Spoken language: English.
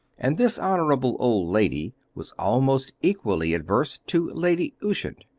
and this honourable old lady was almost equally adverse to lady ushant,